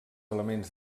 elements